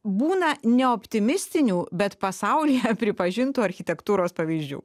būna ne optimistinių bet pasaulyje pripažintų architektūros pavyzdžių